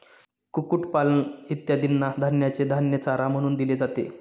कुक्कुटपालन इत्यादींना धान्याचे धान्य चारा म्हणून दिले जाते